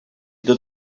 tot